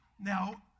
Now